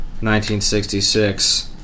1966